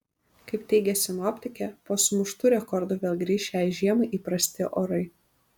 kaip teigia sinoptikė po sumuštų rekordų vėl grįš šiai žiemai įprasti orai